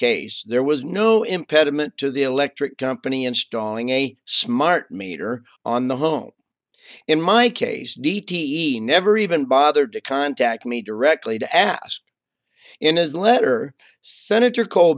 case there was no impediment to the electric company installing a smart meter on the home in my case d t e never even bothered to contact me directly to ask in his letter senator